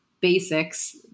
basics